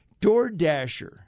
DoorDasher